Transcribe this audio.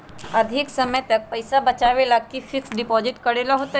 अधिक समय तक पईसा बचाव के लिए फिक्स डिपॉजिट करेला होयई?